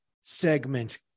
segment